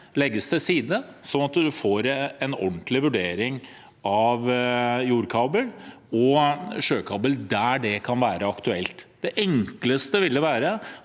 legges til side, slik at man får en ordentlig vurdering av jordkabel og sjøkabel der det kan være aktuelt. Det enkleste ville være